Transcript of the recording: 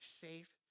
safe